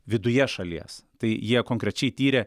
viduje šalies tai jie konkrečiai tyrė